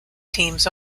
teams